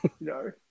No